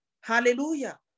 hallelujah